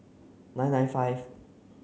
nine nine five